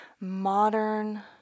modern